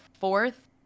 fourth